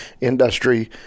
industry